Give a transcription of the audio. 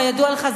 כידוע לך,